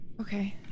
Okay